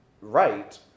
right